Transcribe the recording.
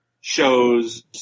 shows